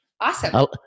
Awesome